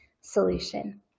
solution